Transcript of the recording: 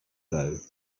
bow